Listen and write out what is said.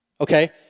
Okay